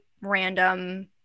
random